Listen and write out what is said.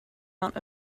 out